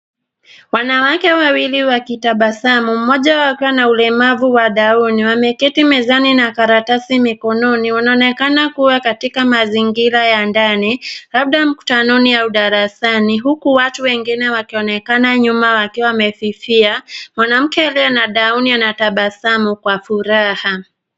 Wanawake wawili wakitabasamu, mmoja akiwa na ulemavu wa down . Wameketi mezani na karatasi mikononi. Wanaonekana kuwa katika mazingira ya ndani, labda mkutanoni au darasani huku watu wengine wakionekana nyuma wakiwa wamefifia. Mwanamke aliye na down anatabasamu kwa furaha.